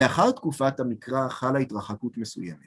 לאחר תקופת המקרא חלה התרחקות מסוימת.